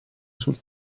sul